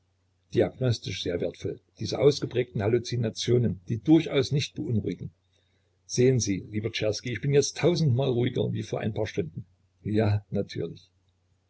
diagnostisch sehr wertvoll diese ausgeprägten halluzinationen die durchaus nicht beunruhigen sehen sie lieber czerski ich bin jetzt tausendmal ruhiger wie vor ein paar stunden ja natürlich